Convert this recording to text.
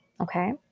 okay